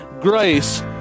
grace